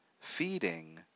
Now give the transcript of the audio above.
feeding